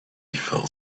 fell